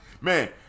Man